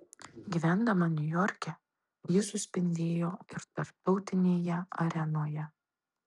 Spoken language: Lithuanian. gyvendama niujorke ji suspindėjo ir tarptautinėje arenoje